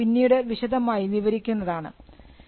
അത് നമ്മൾ പിന്നീട് വിശദമായി കാണുന്നതാണ്